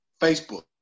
Facebook